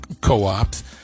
co-ops